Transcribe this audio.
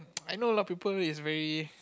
I know a lot of people is very